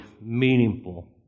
meaningful